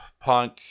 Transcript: punk